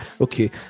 okay